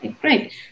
Great